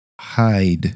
hide